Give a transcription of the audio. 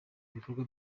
bikorwa